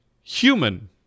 human